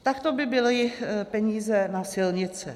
Tak to by byly peníze na silnice.